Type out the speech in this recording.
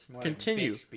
Continue